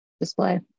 display